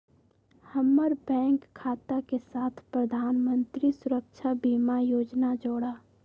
हम्मर बैंक खाता के साथ प्रधानमंत्री सुरक्षा बीमा योजना जोड़ा